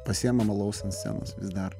pasiimam alaus ant scenos vis dar